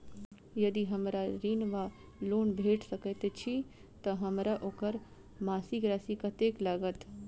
यदि हमरा ऋण वा लोन भेट सकैत अछि तऽ हमरा ओकर मासिक राशि कत्तेक लागत?